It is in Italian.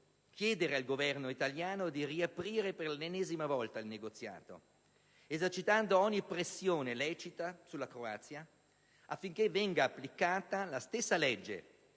chiedere al Governo italiano di riaprire per l'ennesima volta il negoziato, esercitando ogni pressione lecita sulla Croazia, affinché venga applicata la stessa legge